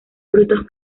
frutos